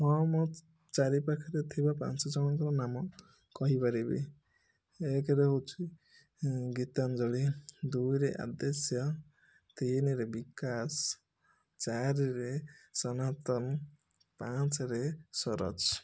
ହଁ ମୁଁ ଚାରିପାଖରେ ଥିବା ପାଞ୍ଚଜଣଙ୍କ ନାମ କହିପାରିବି ଏକରେ ହେଉଛି ଗୀତାଞ୍ଜଳି ଦୁଇରେ ଆଦ୍ୟାଶା ତିନରେ ବିକାଶ ଚାରିରେ ସନାତନ ପାଞ୍ଚରେ ସରୋଜ